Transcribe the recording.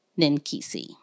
Ninkisi